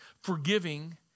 Forgiving